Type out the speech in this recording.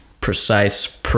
precise